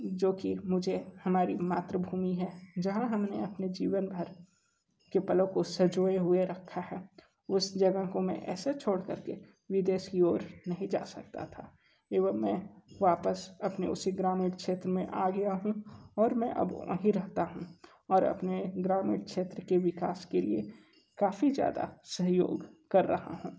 जो कि मुझे हमारी मातृभूमि है जहाँ हम ने अपने जीवन भर के पलों को संजोए हुए रखा है उस जगह को मैं ऐसे छोड़ कर के विदेश की ओर नहीं जा सकता था एवं मैं वापस अपने उसी ग्रामीण क्षेत्र में आ गया हूँ और मैं अब वहीं रहता हूँ और अपने ग्रामीण क्षेत्र के विकास के लिए काफ़ी ज़्यादा सहयोग कर रहा हूँ